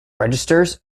registers